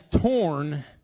torn